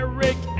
Eric